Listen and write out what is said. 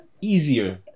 easier